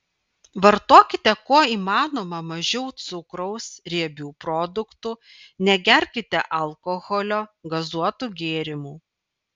vartokite kuo įmanoma mažiau cukraus riebių produktų negerkite alkoholio gazuotų gėrimų